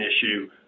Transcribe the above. issue